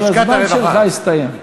אבל הזמן שלך הסתיים.